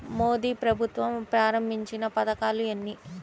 మోదీ ప్రభుత్వం ప్రారంభించిన పథకాలు ఎన్ని?